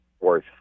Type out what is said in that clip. worth